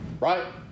Right